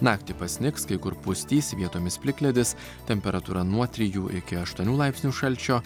naktį pasnigs kai kur pustys vietomis plikledis temperatūra nuo trijų iki aštuonių laipsnių šalčio